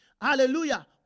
Hallelujah